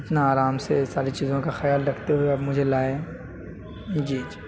اتنا آرام سے ساری چیزوں کا خیال رکھتے ہوئے آپ مجھے لائے جی جی